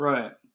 Right